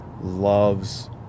loves